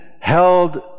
held